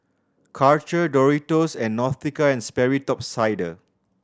Karcher Doritos and Nautica and Sperry Top Sider